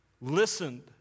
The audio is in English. listened